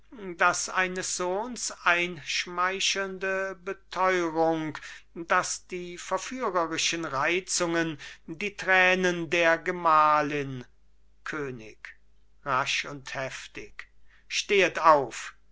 daß eines sohns einschmeichelnde beteurung daß die verführerischen reizungen die tränen der gemahlin könig rasch und heftig stehet auf